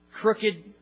crooked